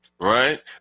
right